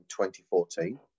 2014